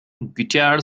guitar